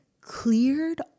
cleared